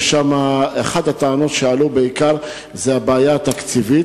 ואחת הטענות שעלו שם בעיקר היא הבעיה התקציבית,